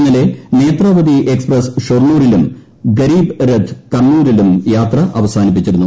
ഇന്നലെ നേത്രാവതി എക്സ്പ്രസ്സ് ഷൊർണ്ണൂരിലും ഗരീബ്രഥ് കണ്ണൂരിലും യാത്ര അവസാനിപ്പിച്ചിരുന്നു